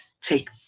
take